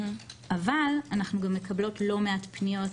אבל אנחנו גם מקבלות לא מעט פניות